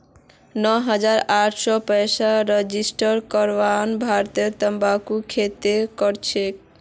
नौ हजार आठ सौ पैंसठ रजिस्टर्ड किसान भारतत तंबाकूर खेती करछेक